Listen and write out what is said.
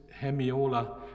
hemiola